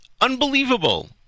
unbelievable